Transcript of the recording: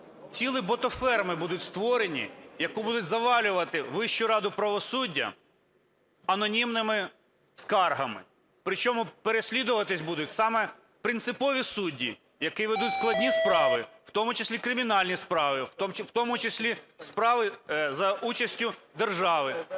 Цілі ботоферми будуть створені, які будуть завалювати Вищу раду правосуддя анонімними скаргами, причому переслідуватися будуть саме принципові судді, які ведуть складні справи, в тому числі кримінальні справи, в тому числі справи за участю держави,